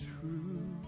true